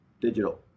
digital